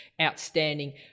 outstanding